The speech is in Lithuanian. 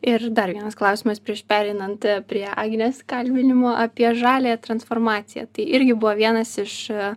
ir dar vienas klausimas prieš pereinant prie agnės kalbinimo apie žaliąją transformaciją tai irgi buvo vienas iš